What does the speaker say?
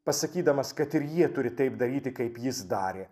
pasakydamas kad ir jie turi taip daryti kaip jis darė